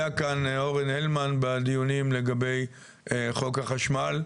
היה כאן אורן הלמן בדיונים לגבי חוק החשמל,